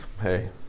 hey